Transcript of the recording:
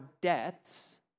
debts